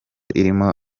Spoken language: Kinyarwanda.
irimo